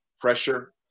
pressure